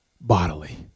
bodily